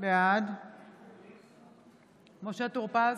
בעד משה טור פז,